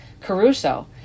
Caruso